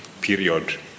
period